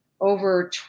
over